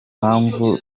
mpamvu